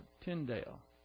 Tyndale